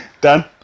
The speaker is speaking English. Dan